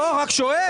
לא, רק שואל.